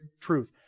truth